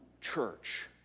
church